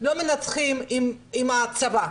לא מנצחים עם הצבא,